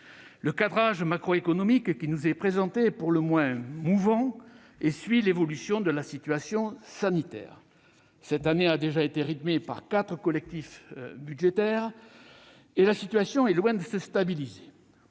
le cadrage macroéconomique qui nous est présenté est pour le moins mouvant et suit l'évolution de la situation sanitaire. Cette année a déjà été rythmée par quatre collectifs budgétaires et la situation est loin de se stabiliser.